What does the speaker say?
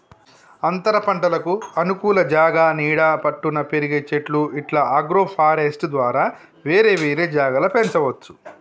అంతరపంటలకు అనుకూల జాగా నీడ పట్టున పెరిగే చెట్లు ఇట్లా అగ్రోఫారెస్ట్య్ ద్వారా వేరే వేరే జాగల పెంచవచ్చు